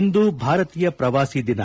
ಇಂದು ಭಾರತೀಯ ಪ್ರವಾಸಿ ದಿನ